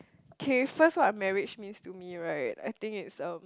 k first what marriage means to me right I think it's um